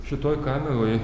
šitoj kameroj